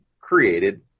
created